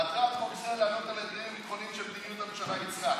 מטרת חוק זה לענות על האתגרים הביטחוניים שמדיניות הממשלה יצרה,